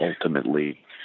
ultimately